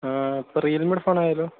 ആ അപ്പോൾ റിയൽമിയുടെ ഫോണായാലോ